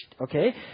okay